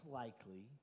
likely